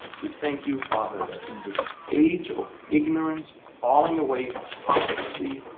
we thank you, father, that in this age of ignorance, falling away, apostasy,